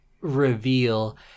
reveal